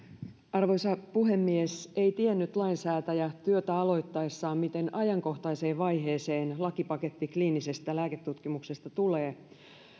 arvoisa puhemies ei tiennyt lainsäätäjä työtä aloittaessaan miten ajankohtaiseen vaiheeseen lakipaketti kliinisestä lääketutkimuksesta tulee